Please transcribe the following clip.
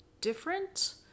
different